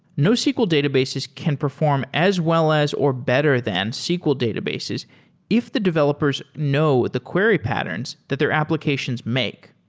nosql databases can perform as well as or better than sql databases if the developers know the query patterns that their applications make.